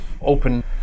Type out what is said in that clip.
open